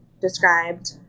described